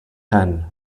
ten